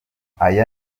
aya